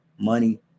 money